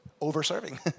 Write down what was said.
over-serving